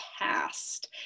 past